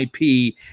IP